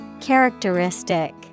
Characteristic